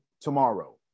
tomorrow